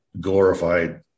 glorified